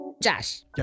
Josh